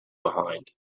behind